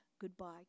Goodbye